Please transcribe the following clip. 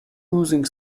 oozing